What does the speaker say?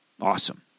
awesome